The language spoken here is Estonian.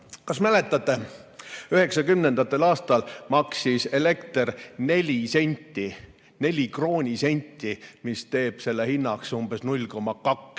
Kas mäletate, 1990. aastatel maksis elekter 4 senti, neli kroonisenti, mis teeb selle hinnaks umbes 0,2